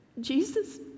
Jesus